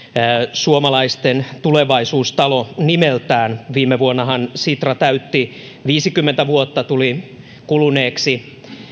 suomalaisten tulevaisuustalo nimeltään viime vuonnahan sitra täytti viisikymmentä vuotta tuli kuluneeksi